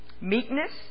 meekness